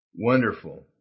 Wonderful